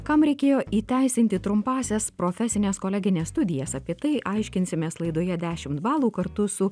kam reikėjo įteisinti trumpąsias profesines kolegines studijas apie tai aiškinsimės laidoje dešimt balų kartu su